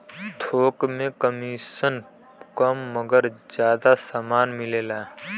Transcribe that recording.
थोक में कमिसन कम मगर जादा समान मिलेला